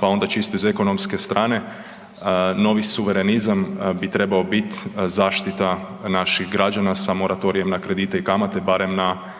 pa onda čisto iz ekonomke strane, novi suverenizam bi trebao biti zaštita naših građana sa moratorijem na kredite i kamate barem na